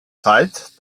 zeit